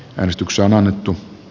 menestyksen